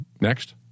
Next